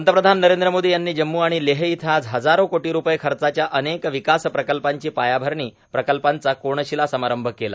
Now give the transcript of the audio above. पंतप्रधान नरेंद्र मोदी यांनी जम्मू आणि लेह इथं आज हजारो कोटी रूपये खर्चाच्या अनेक विकास प्रकल्पांची पायाभरणी प्रकल्पांचा कोनशीला समारंभ केला